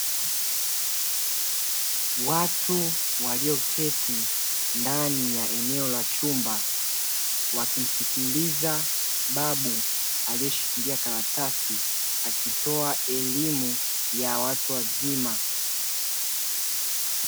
Watu walioketi ndani ya eneo la chumba wakimsikiliza babu alieshikilia karatasi akitoa elimu ya watu wazima.